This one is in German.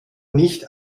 nicht